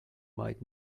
might